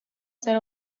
ser